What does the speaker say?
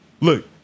Look